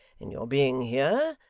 in your being here,